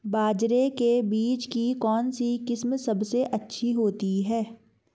बाजरे के बीज की कौनसी किस्म सबसे अच्छी होती है?